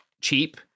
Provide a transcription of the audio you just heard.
cheap